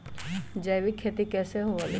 जैविक खेती कैसे हुआ लाई?